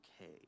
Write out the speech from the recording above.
okay